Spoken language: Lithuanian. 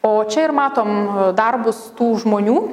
o čia ir matom darbus tų žmonių